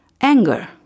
anger